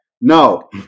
No